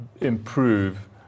improve